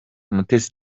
mutesi